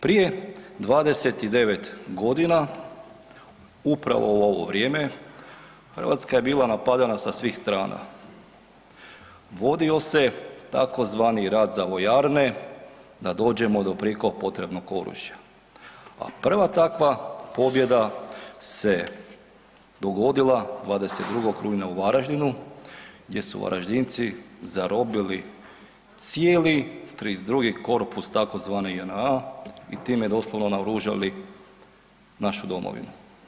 Prije 29 godina upravo u ovo vrijeme Hrvatska je bila napadana sa svih strana, vodio se takozvani rat za vojarne da dođemo do prijeko potrebnog oružja, a prva takva pobjeda se dogodila 22. rujna u Varaždinu gdje su Varaždinci zarobili cijeli 32.-gi korpus takozvane JNA i time doslovno naoružali našu domovinu.